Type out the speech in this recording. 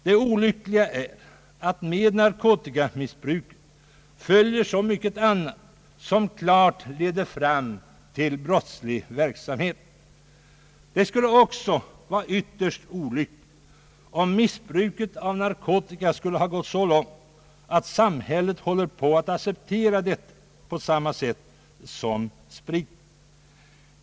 Det olyckliga är att med narkotikamissbruket följer så mycket annat, som klart leder fram till brottslig verksamhet. Det skulle också vara ytterst olyckligt, om missbruket av narkotika gått så långt att samhället håller på att acceptera dessa gifter på samma sätt som spriten.